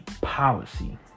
policy